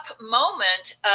moment